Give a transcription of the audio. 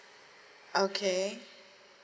okay